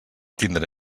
tindre